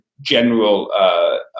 general